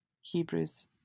Hebrews